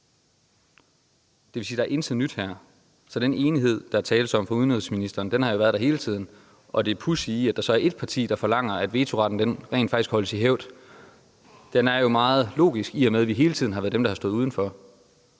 det vil sige, at der her ikke er noget nyt. Så den enighed, der tales om fra udenrigsministerens side, har jo været der hele tiden, og at der så er ét parti, der forlanger, at vetoretten rent faktisk holdes i hævd, er jo ikke så pudsigt, men meget logisk, i og med at vi hele tiden har været dem, der har stået udenfor.